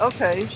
Okay